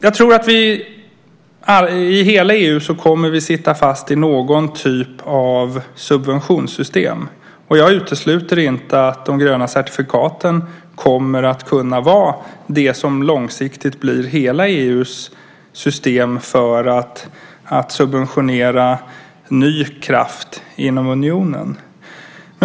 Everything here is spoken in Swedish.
Jag tror att vi i hela EU kommer att sitta fast i någon typ av subventionssystem. Jag utesluter inte att de gröna certifikaten kommer att kunna vara det som långsiktigt blir hela EU:s system för att subventionera ny kraft inom unionen.